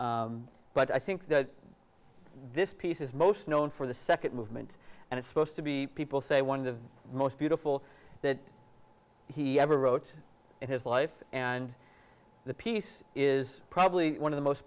but i think that this piece is most known for the second movement and it's supposed to be people say one of the most beautiful that he ever wrote in his life and the piece is probably one of the most